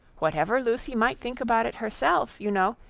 whatever lucy might think about it herself, you know,